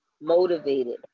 motivated